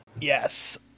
Yes